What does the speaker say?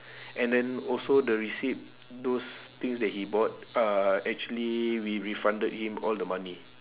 and then also the receipt those things that he brought uh actually we refunded him all the money